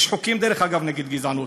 יש חוקים, דרך אגב, נגד גזענות.